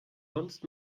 sonst